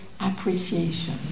appreciation